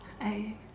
I